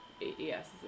yes